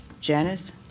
janice